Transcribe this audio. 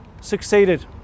succeeded